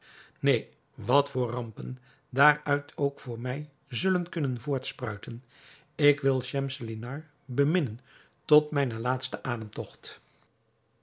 neen wat rampen daaruit ook voor mij zullen kunnen voortspruiten ik wil schemselnihar beminnen tot mijn laatsten